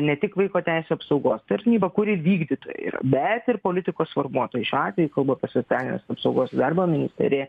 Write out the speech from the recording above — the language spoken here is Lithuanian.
ne tik vaiko teisių apsaugos tarnyba kuri vykdytų ir bet ir politikos formuotojai šiuo atveju kalbu apie socialinės apsaugos darbo ministriją